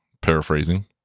Paraphrasing